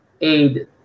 aid